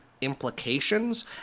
implications